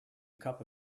cup